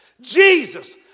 Jesus